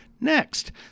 Next